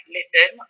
Listen